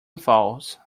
falls